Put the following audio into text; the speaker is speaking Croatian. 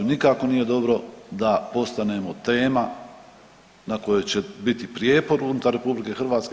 Nikako nije dobro da postanemo tema na kojoj će biti prijepor unutar RH.